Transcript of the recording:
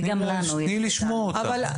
תני לשמוע אותה.